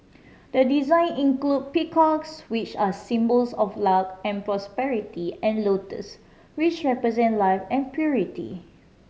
the design include peacocks which are symbols of luck and prosperity and lotuses which represent life and purity